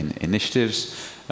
initiatives